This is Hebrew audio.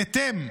בהתאם,